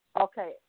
Okay